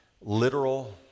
literal